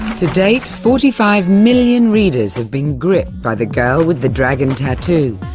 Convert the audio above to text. to date, forty five million readers have been gripped by the girl with the dragon tattoo,